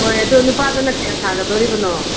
ꯂꯣꯏꯔꯦ ꯑꯗꯨ ꯅꯨꯄꯥꯗꯅ ꯀꯌꯥ ꯁꯥꯒꯗꯣꯔꯤꯕꯅꯣ